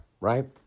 right